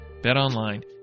BetOnline